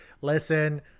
listen